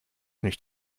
nicht